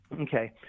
Okay